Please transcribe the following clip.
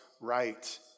right